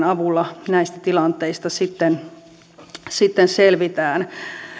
avulla näistä tilanteista sitten sitten selvitään